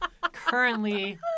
Currently